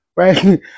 Right